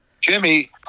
Jimmy